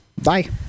bye